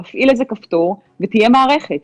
נפעיל איזה כפתור ותהיה מערכת.